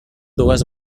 dues